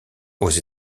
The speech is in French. aux